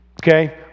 Okay